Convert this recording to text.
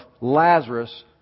Lazarus